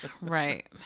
right